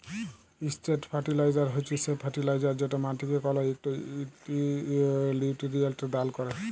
straight fertilizer হছে সে fertilizer যেট মাটিকে কল ইকট লিউটিরিয়েল্ট দাল ক্যরে